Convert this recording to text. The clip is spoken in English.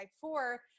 four